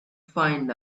find